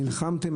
נלחמתם,